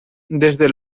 desde